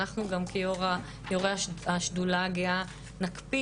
אנחנו גם כיושבי ראש השדולה הגאה נקפיד